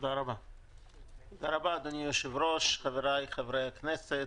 תודה רבה, אדוני היושב-ראש, חבריי חברי הכנסת,